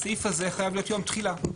בסעיף הזה חייב להיות יום תחילה.